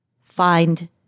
find